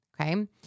Okay